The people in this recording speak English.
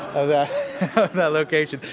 the location.